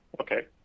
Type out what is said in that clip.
Okay